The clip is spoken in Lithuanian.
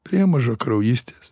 prie mažakraujystės